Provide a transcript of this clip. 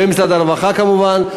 ומשרד הרווחה כמובן,